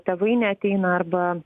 tėvai neateina arba